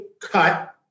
cut